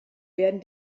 werden